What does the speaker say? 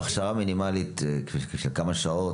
כל הסיירים יכולים לעשות הכשרה מינימלית של כמה שעות.